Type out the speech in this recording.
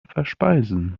verspeisen